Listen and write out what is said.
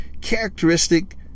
characteristic